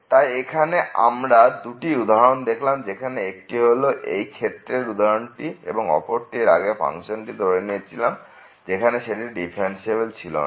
তাই এখানে আমরা দুটি উদাহরণ দেখলাম যেখানে একটি হল এই ক্ষেত্রের উদাহরণটি এবং অপরটি হল আগে যে ফাংশনটি আমরা ধরেছিলাম যেখানে সেটি ডিফারেন্সিএবেল ছিল না